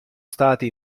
stati